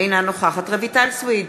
אינה נוכחת רויטל סויד,